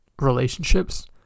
relationships